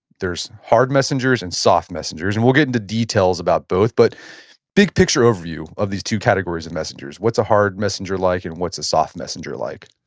there's hard messengers and soft messengers and we'll get into details about both, but big picture overview of these two categories of and messengers. what's a hard messenger like and what's a soft messenger like?